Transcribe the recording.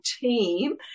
team